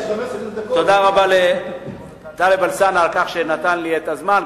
תודה רבה לטלב אלסאנע על כך שנתן לי את הזמן,